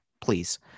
please